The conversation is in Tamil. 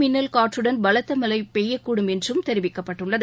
மின்னல் காற்றுடன் பலத்த மழை பெய்யக்கூடும் என்றும் தெரிவிக்கப்பட்டுள்ளது